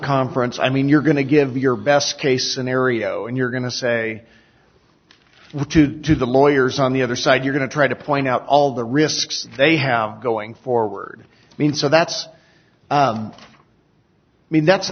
conference i mean you're going to give your best case scenario and you're going to say what to do the lawyers on the other side you're going to try to point out all the risks they have going forward i mean so that's i mean that's